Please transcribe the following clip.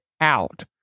out